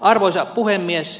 arvoisa puhemies